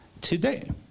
today